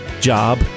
job